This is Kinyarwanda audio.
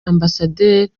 ambasaderi